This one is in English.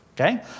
Okay